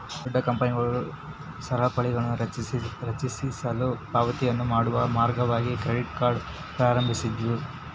ದೊಡ್ಡ ಕಂಪನಿಗಳು ಸರಪಳಿಗಳನ್ನುರಚಿಸಲು ಪಾವತಿಗಳನ್ನು ಮಾಡುವ ಮಾರ್ಗವಾಗಿ ಕ್ರೆಡಿಟ್ ಕಾರ್ಡ್ ಪ್ರಾರಂಭಿಸಿದ್ವು